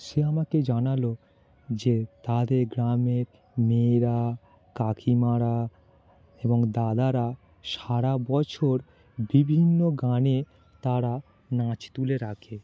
সে আমাকে জানাল যে তাদের গ্রামে মেয়েরা কাকিমারা এবং দাদারা সারা বছর বিভিন্ন গানে তারা নাচ তুলে রাখে